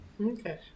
okay